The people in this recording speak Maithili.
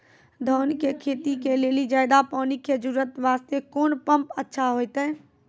धान के खेती के लेली ज्यादा पानी के जरूरत वास्ते कोंन पम्प अच्छा होइते?